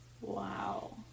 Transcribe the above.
Wow